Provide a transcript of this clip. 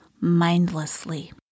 mindlessly